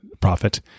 profit